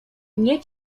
nie